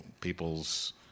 people's